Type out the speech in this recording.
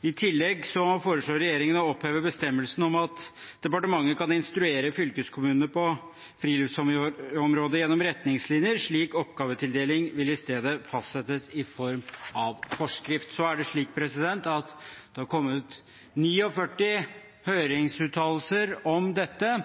I tillegg foreslår regjeringen å oppheve bestemmelsen om at departementet kan instruere fylkeskommunene på friluftsområdet gjennom retningslinjer. Slik oppgavetildeling vil i stedet fastsettes i form av forskrift. Det har kommet 49 høringsuttalelser om dette.